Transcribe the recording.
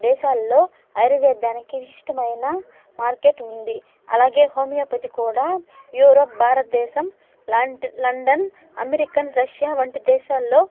దేశాల్లో ఆయుర్వేడానికి విశిష్టమైన మార్కెట్ ఉంది అలాగే హోమియోపతి కూడా యూరోప్ భారతదేశం లాంట్ లండన్ అమెరికన్ రష్యావంటి దేశాల్లో